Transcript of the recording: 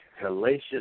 Hellacious